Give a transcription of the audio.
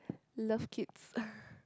love kids